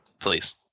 Please